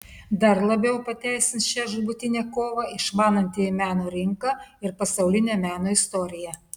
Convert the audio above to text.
dar labiau pateisins šią žūtbūtinę kovą išmanantieji meno rinką ir pasaulinę meno istoriją